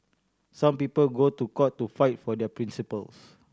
some people go to court to fight for their principles